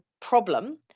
problem